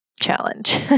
challenge